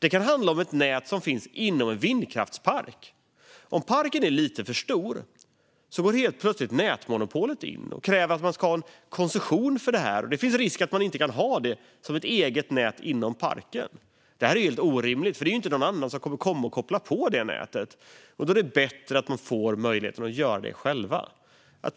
Det kan handla om ett nät som finns inom en vindkraftspark. Om parken är lite för stor går helt plötsligt nätmonopolet in och kräver att man ska ha en koncession för det, och det finns risk att man inte kan ha det som ett eget nät inom parken. Det här är helt orimligt, för det är ju inte någon annan som kommer att koppla på det nätet. Då är det bättre att man får möjligheten att göra det själv och